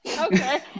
Okay